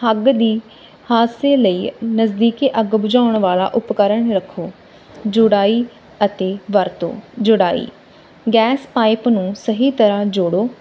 ਅੱਗ ਦੀ ਹਾਦਸੇ ਲਈ ਨਜ਼ਦੀਕੀ ਅੱਗ ਬੁਝਾਉਣ ਵਾਲਾ ਉਪਕਰਨ ਰੱਖੋ ਜੁੜਾਈ ਅਤੇ ਵਰਤੋ ਜੁੜਾਈ ਗੈਸ ਪਾਇਪ ਨੂੰ ਸਹੀ ਤਰ੍ਹਾਂ ਜੋੜੋ